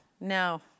No